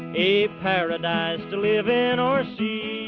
a paradise to live in or see